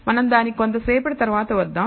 మనం దానికి కొంతసేపటి తర్వాత వద్దాం